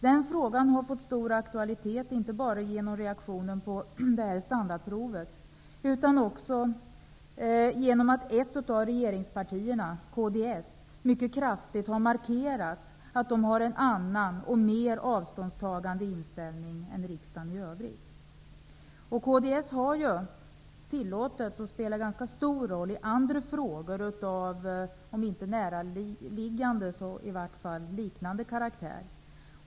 Denna fråga har fått stor aktualitet inte bara genom reaktionen på det här standardprovet, utan också genom att ett av regeringspartierna, kds, mycket kraftigt har markerat att man har en annan och mer avståndstagande inställning än vad riksdagspartierna i övrigt har. Kds har ju tillåtits att spela en ganska stor roll i andra frågor av liknande karaktär.